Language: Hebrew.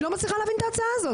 אני לא מצליחה להבין את ההצעה הזאת.